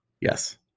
Yes